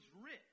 rich